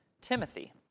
Timothy